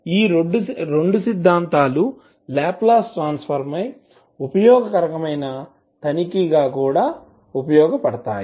ఈ రెండు సిద్ధాంతలు లాప్లాస్ ట్రాన్సఫర్మ్ పై ఉపయోగకరమైన తనిఖీ గా కూడా ఉపయోగపడుతాయి